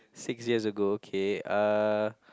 six years ago okay uh